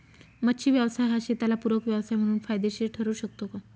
मच्छी व्यवसाय हा शेताला पूरक व्यवसाय म्हणून फायदेशीर ठरु शकतो का?